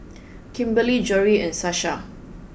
Kimberly Jory and Sasha